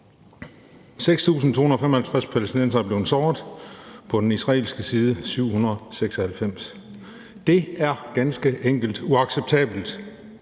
6.255 palæstinensere er blevet såret; på den israelske side er det 796. Det er ganske enkelt uacceptabelt.